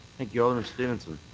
thank you. alderman stevenson.